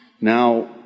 now